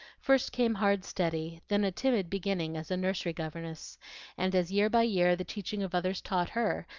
first came hard study, then a timid beginning as nursery governess and as year by year the teaching of others taught her,